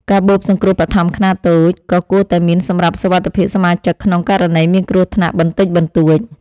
កាបូបសង្គ្រោះបឋមខ្នាតតូច ក៏គួរតែមានសម្រាប់សុវត្ថិភាពសមាជិកក្នុងករណីមានគ្រោះថ្នាក់បន្តិចបន្តួច។